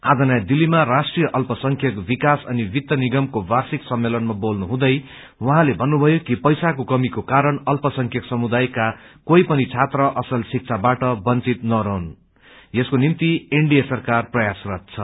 आज नयाँ दिल्लीमा राष्ट्रिय अल्पसंख्यक विकास अनि वित्त निगमको वार्षिक सम्मेलनमा बोल्नुहुँदै उहाँले भन्नुभयो कि पैसाको कमीको किरण अल्पसंख्यक समुदायका केही पनि छात्र असल शिक्षाबाट बंचित नरहुन् यसको निमि एनडिए सरकार प्रयासरति छ